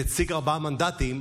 נציג ארבעה מנדטים,